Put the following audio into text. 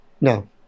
No